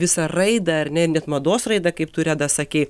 visą raidą ar ne ir net mados raidą kaip tu reda sakei